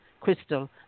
crystal